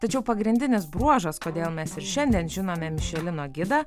tačiau pagrindinis bruožas kodėl mes ir šiandien žinome mišelino gidą